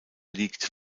liegt